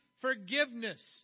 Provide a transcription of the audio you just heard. forgiveness